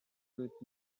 with